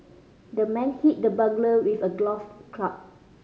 the man hit the burglar with a club